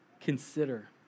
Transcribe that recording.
Consider